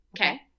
Okay